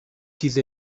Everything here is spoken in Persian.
چیز